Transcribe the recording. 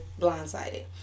blindsided